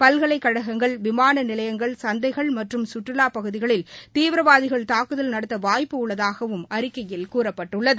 பல்கலைக்கழகங்கள் விமான நிலையங்கள் சந்தைகள் மற்றும் சுற்றுலாப் பகுதிகளில் தீவிரவாதிகள் தாக்குதல் நடத்த வாய்ப்பு உள்ளதாகவும் அறிக்கையில் கூறப்பட்டுள்ளது